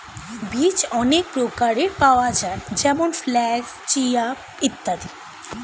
বীজ অনেক প্রকারের পাওয়া যায় যেমন ফ্ল্যাক্স, চিয়া ইত্যাদি